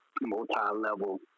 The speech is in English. multi-level